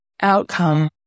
outcome